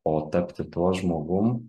o tapti tuo žmogum